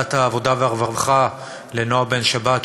לוועדת העבודה והרווחה ולנועה בן-שבת,